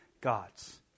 gods